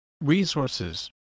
Resources